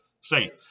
safe